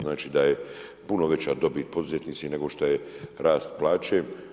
Znači da je puno veća dobit poduzetnici nego šta je rast plaće.